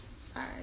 Sorry